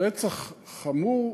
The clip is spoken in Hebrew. רצח חמור,